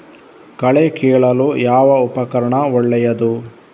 ಕಳೆ ಕೀಳಲು ಯಾವ ಉಪಕರಣ ಒಳ್ಳೆಯದು?